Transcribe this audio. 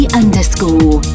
underscore